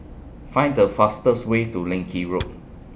Find The fastest Way to Leng Kee Road